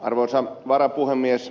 arvoisa puhemies